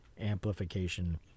amplification